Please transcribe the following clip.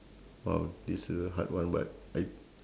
!wow! this is a hard one but I